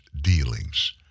dealings